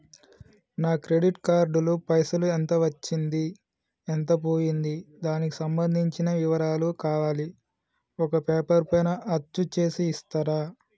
నా credit card లో పైసలు ఎంత వచ్చింది ఎంత పోయింది దానికి సంబంధించిన వివరాలు కావాలి ఒక పేపర్ పైన అచ్చు చేసి ఇస్తరా?